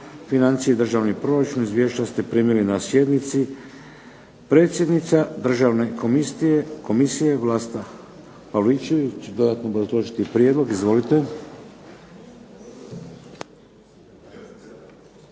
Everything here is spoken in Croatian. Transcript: financije i državni proračun. Izvješća ste primili na sjednici. Predsjednica Državne komisije Vlasta Pavličević će dodatno obrazložiti prijedlog. Izvolite.